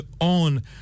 on